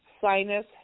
Sinus